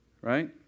Right